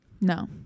No